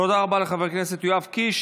תודה רבה לחבר הכנסת יואב קיש.